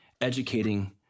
educating